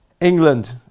England